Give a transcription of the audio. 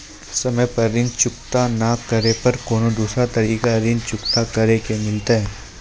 समय पर ऋण चुकता नै करे पर कोनो दूसरा तरीका ऋण चुकता करे के मिलतै?